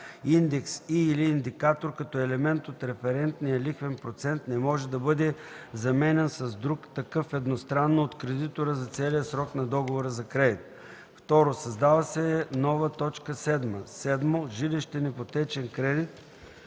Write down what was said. индекс и/или индикатор като елемент от референтния лихвен процент не може да бъде заменян с друг такъв едностранно от кредитора за целия срок на договора за кредит.” 2. Създава се нова т. 7: „7. „Жилищен ипотечен кредит”